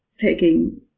taking